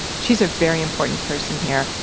she's a very important person here.